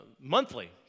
monthly